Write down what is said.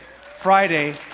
Friday